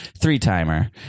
three-timer